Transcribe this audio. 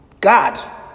God